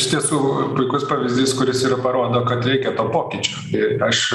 iš tiesų puikus pavyzdys kuris ir parodo kad reikia to pokyčio ir aš